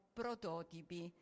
prototipi